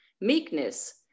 meekness